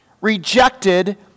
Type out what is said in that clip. rejected